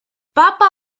papa